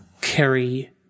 carry